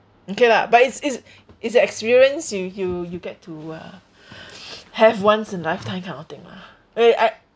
okay lah but it's it's it's an experience you you you get to uh have once in lifetime kind of thing lah I I